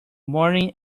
morning